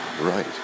right